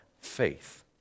faith